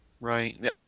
Right